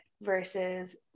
versus